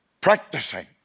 practicing